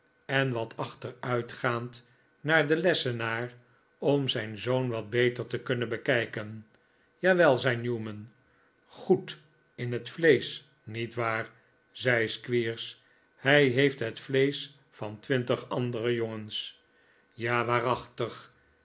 en wat achteruitgaand naar den lessenaar om zijn zoon wat beter te kunnen bekijken jawel zei newman goed in het vleesch niet waar zei squeers hij heeft het vleesch van twintig andere jongens ja waarachtig